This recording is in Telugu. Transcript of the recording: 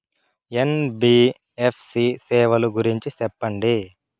ఎన్.బి.ఎఫ్.సి సేవల గురించి సెప్పండి?